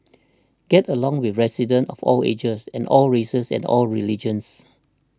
gets along with residents of all ages and all races and all religions